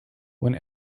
when